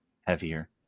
heavier